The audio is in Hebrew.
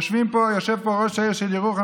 יושב פה ראש העיר של ירוחם,